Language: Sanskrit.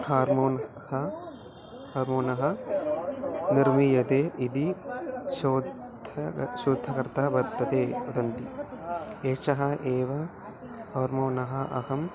हार्मोन् ह हार्मोनः निर्मीयते इति शोधनं शोद्धकर्ता वर्तते वदन्ति एषः एव हार्मोनः अहं